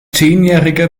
zehnjährige